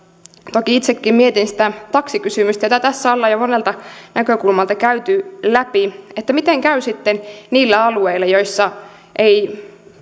toki itsekin mietin sitä taksikysymystä jota tässä ollaan jo monelta näkökulmalta käyty läpi että miten käy sitten niillä alueilla joilla ei